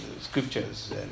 Scriptures